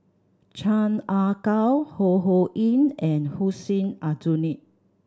Chan Ah Gao Ho Ho Ying and Hussein Aljunied